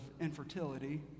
infertility